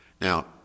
Now